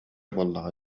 буоллаҕа